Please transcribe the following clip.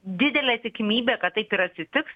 didelė tikimybė kad taip ir atsitiks